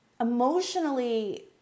emotionally